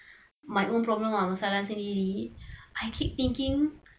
my own problem lah masalah sendiri I keep thinking